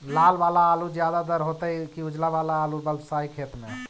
लाल वाला आलू ज्यादा दर होतै कि उजला वाला आलू बालुसाही खेत में?